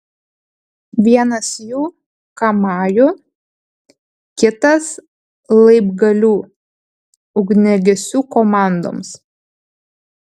vienas jų kamajų kitas laibgalių ugniagesių komandoms